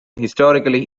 historical